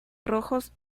rojos